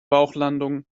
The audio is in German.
bauchlandung